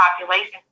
population